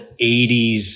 80s